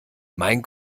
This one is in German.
mein